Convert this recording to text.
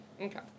Okay